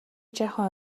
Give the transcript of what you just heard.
жаахан